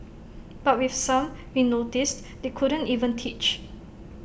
but with some we noticed they couldn't even teach